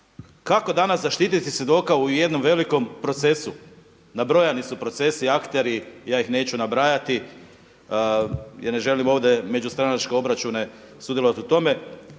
kako danas zaštitit svjedoka u jednom velikom procesu? Nabrojani su procesi, akteri i ja ih neću nabrajati jer ne želim ovdje međustranačke obračune, sudjelovati u tome,